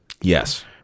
Yes